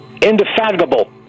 Indefatigable